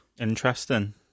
Interesting